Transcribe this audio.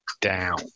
down